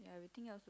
ya everything else